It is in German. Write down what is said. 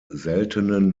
seltenen